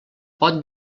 pot